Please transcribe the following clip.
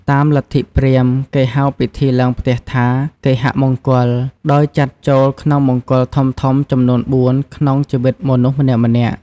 តាមលទ្ធិព្រាហ្មណ៍ គេហៅពិធីឡើងផ្ទះថា គេហមង្គល ដោយចាត់ចូលក្នុងមង្គល់ធំៗចំនួនបួនក្នុងជីវិតមនុស្សម្នាក់ៗ។